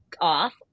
off